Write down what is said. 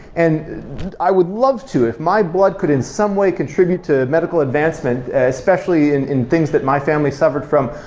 and i would love to, if my blood could in some way contribute to medical advancement, especially in in things that my family suffered from,